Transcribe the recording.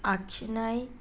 आखिनाय